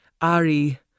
Ari